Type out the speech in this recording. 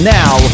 now